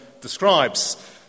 describes